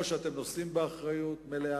או שאתם נושאים באחריות מלאה,